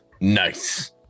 Nice